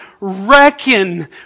reckon